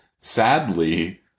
sadly